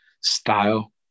style